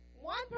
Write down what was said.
One